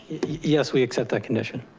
yes we accept that condition.